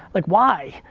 like why?